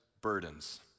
burdens